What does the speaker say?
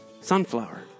Sunflower